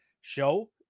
show